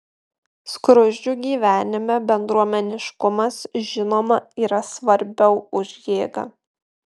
skruzdžių gyvenime bendruomeniškumas žinoma yra svarbiau už jėgą